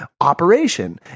operation